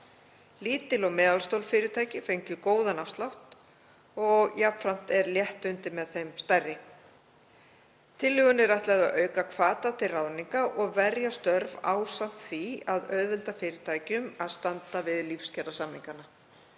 Lítil og meðalstór fyrirtæki fengju góðan afslátt og jafnframt er létt undir með þeim stærri. Tillögunni er ætlað að auka hvata til ráðninga og verja störf ásamt því að auðvelda fyrirtækjum að standa við lífskjarasamningana.